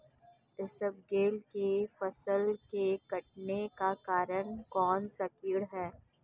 इसबगोल की फसल के कटने का कारण कौनसा कीट है?